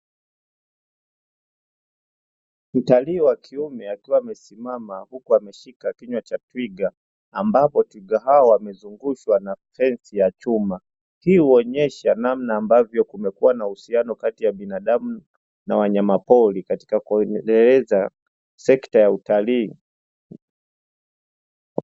Mtalii wa kiume akiwa amesimama huku ameshika kinywa cha twiga ambapo twiga hao wamezungushiwa fensi ya chuma. Hii huonyesha namna ambavyo kumekuwa na uhusiano kati ya binadamu na wanyama pori katika kuendeleza sekta ya utalii.